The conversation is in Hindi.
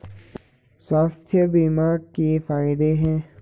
स्वास्थ्य बीमा के फायदे हैं?